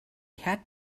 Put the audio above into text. had